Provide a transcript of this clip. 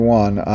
one